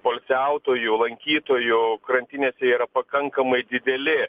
poilsiautojų lankytojų krantinėse yra pakankamai dideli